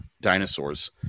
dinosaurs